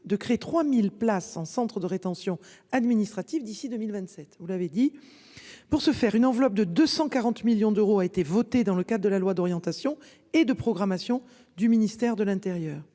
de créer 3000 places en centre de rétention administrative d'ici 2027. Vous l'avez dit. Pour ce faire, une enveloppe de 240 millions d'euros a été votée dans le cadre de la loi d'orientation et de programmation du ministère de l'Intérieur